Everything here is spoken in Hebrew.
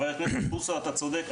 חבר הכנסת בוסו, אתה צודק.